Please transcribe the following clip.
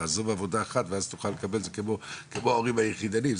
תעזוב עבודה אחת ואז תוכל לקבל כמו ההורים היחידנים,